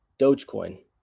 Dogecoin